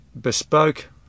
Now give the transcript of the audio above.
bespoke